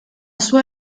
sua